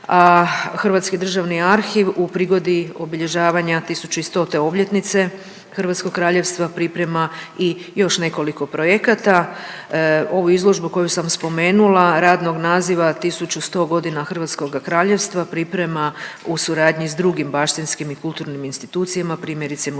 Hrvatski državni arhiv u prigodi obilježavanja 1100 obljetnice hrvatskog kraljevstva priprema i još nekoliko projekata. Ovu izložbu koju sam spomenula radnog naziva 1100 godina hrvatskoga kraljevstva priprema u suradnji sa drugim baštinskim i kulturnim institucijama primjerice Muzejem